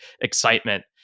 excitement